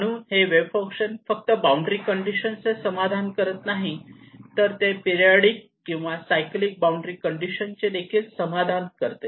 म्हणून wave function हे फक्त बाउंड्री कंडिशन चे समाधान करत नाही तर ते पिरिऑडिक किंवा सायकलिक बाउंड्री कंडीशन चे देखील समाधान करते